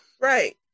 Right